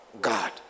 God